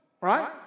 right